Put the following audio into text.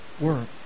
work